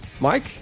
Mike